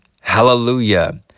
Hallelujah